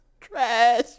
trash